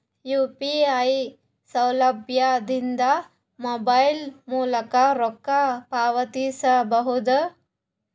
UPI ಸೌಲಭ್ಯ ಇಂದ mobile ಮೂಲಕ ರೊಕ್ಕ ಪಾವತಿಸ ಬಹುದಾ?